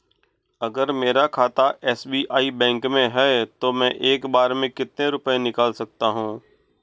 अगर मेरा खाता एस.बी.आई बैंक में है तो मैं एक बार में कितने रुपए निकाल सकता हूँ?